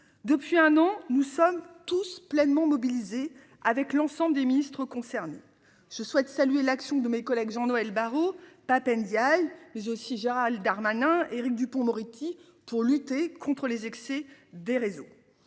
Depuis un an, nous sommes tous pleinement mobilisés avec l'ensemble des ministres concernés. Je souhaite saluer l'action de mes collègues Jean-Noël Barrot Pap Ndiaye mais aussi Gérald Darmanin, Éric Dupond-Moretti pour lutter contre les excès des réseaux.